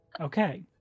Okay